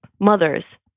mothers